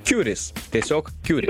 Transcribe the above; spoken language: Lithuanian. kiuris tiesiog kiuri